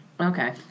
Okay